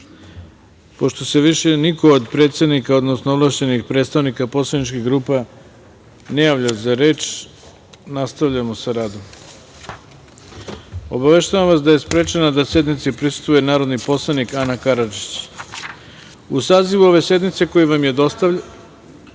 grupe. Pošto se niko više od predsednika, odnosno ovlašćenih predstavnika poslaničkih grupa ne javlja za reč, nastavljamo sa radom. Obaveštavam vas da je sprečena da sednici prisustvuje narodni poslanik Ana Karadžić.U sazivu ove sednice koji vam je dostavljen,